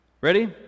Ready